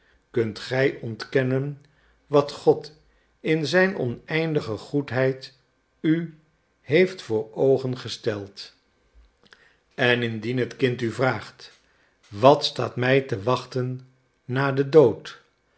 kunt gij ontkennen wat god in zijn oneindige goedheid u heeft voor oogen gesteld en indien het kind u vraagt wat staat mij te wachten na den dood